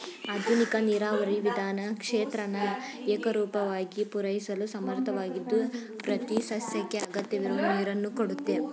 ಆಧುನಿಕ ನೀರಾವರಿ ವಿಧಾನ ಕ್ಷೇತ್ರನ ಏಕರೂಪವಾಗಿ ಪೂರೈಸಲು ಸಮರ್ಥವಾಗಿದ್ದು ಪ್ರತಿಸಸ್ಯಕ್ಕೆ ಅಗತ್ಯವಿರುವ ನೀರನ್ನು ಕೊಡುತ್ತೆ